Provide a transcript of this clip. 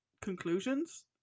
conclusions